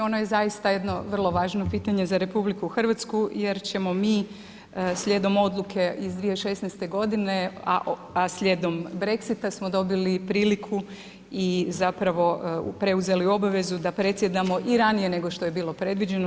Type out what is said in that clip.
Ono je zaista jedno vrlo važno pitanje za Republiku Hrvatsku, jer ćemo mi slijedom odluke iz 2016. godine, a slijedom BREXIT-a smo dobili priliku i zapravo preuzeli obvezu da predsjedamo i ranije nego što je bilo predviđeno.